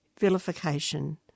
vilification